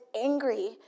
angry